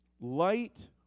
Light